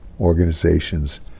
organizations